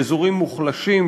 באזורים מוחלשים,